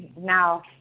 Now